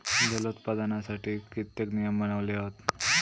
जलोत्पादनासाठी कित्येक नियम बनवले हत